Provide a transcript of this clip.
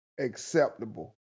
acceptable